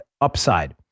Upside